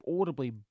audibly